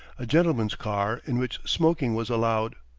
a gentlemen's car in which smoking was allowed,